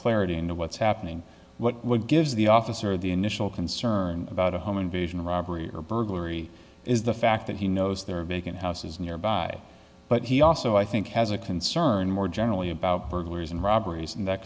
right into what's happening what gives the officer the initial concern about a home invasion robbery or burglary is the fact that he knows there are vacant houses nearby but he also i think has a concern more generally about burglaries and robberies and that